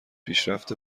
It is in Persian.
پیشرفت